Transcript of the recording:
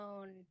own